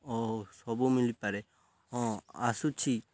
ଓ ସବୁ ମିଳିପାରେ ହଁ ଆସୁଛି